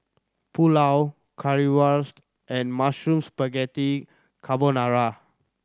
Pulao Currywurst and Mushroom Spaghetti Carbonara